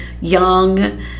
young